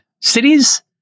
Cities